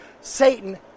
Satan